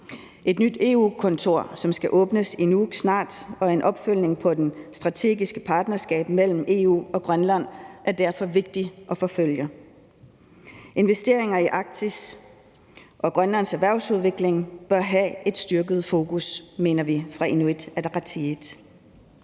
Et nyt EU-kontor, som skal åbnes i Nuuk snart, og en opfølgning på det strategiske partnerskab mellem EU og Grønland er derfor vigtige at forfølge. Investeringer i Arktis og Grønlands erhvervsudvikling bør have et styrket fokus, mener vi fra Inuit Ataqatigiits